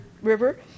river